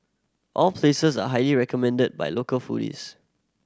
all places are highly recommended by local foodies